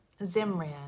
Zimran